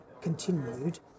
continued